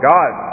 God